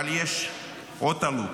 אבל יש עוד עלות,